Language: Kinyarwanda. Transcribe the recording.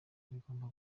bigomba